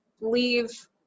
leave